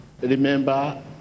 Remember